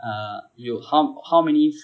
uh you ho~ how many